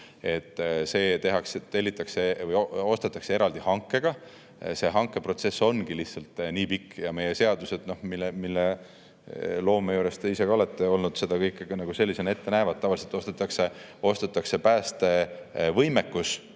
See tellitakse või ostetakse eraldi hankega. Hankeprotsess ongi lihtsalt nii pikk ja meie seadused, mille loome juures te ise olete ka olnud, seda kõike sellisena ette näevad. Tavaliselt ostetakse päästevõimekus